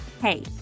Hey